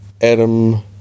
Adam